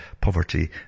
poverty